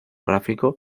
gráfico